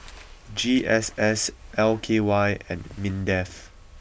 G S S L K Y and Mindef